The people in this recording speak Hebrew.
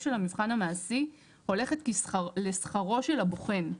של המבחן המעשי הולכת כשכרו של הבוחן.